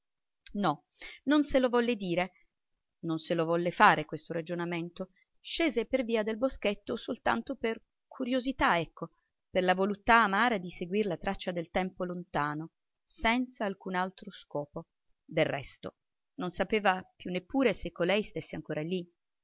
no non se lo volle dire non se lo volle fare questo ragionamento scese per via del boschetto soltanto per curiosità ecco per la voluttà amara di seguir la traccia del tempo lontano senza alcun altro scopo del resto non sapeva più neppure se colei stesse ancora lì